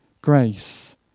grace